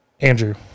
Andrew